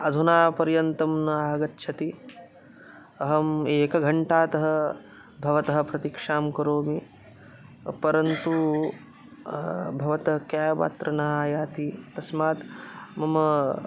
अधुनापर्यन्तं न आगच्छति अहम् एकघण्टातः भवतः प्रतीक्षां करोमि परन्तु भवतः केब् अत्र न आयाति तस्मात् मम